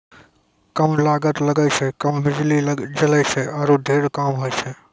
कम लागत लगै छै, कम बिजली जलै छै आरो ढेर काम होय छै